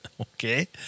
Okay